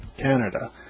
Canada